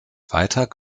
weiter